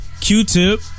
Q-tip